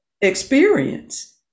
experience